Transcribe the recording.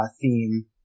theme